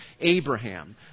Abraham